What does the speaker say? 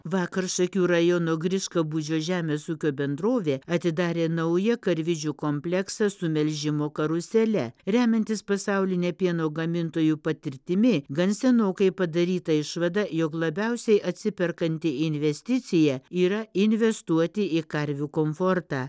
vakar šakių rajono griškabūdžio žemės ūkio bendrovė atidarė naują karvidžių kompleksą su melžimo karusele remiantis pasauline pieno gamintojų patirtimi gan senokai padaryta išvada jog labiausiai atsiperkanti investicija yra investuoti į karvių komfortą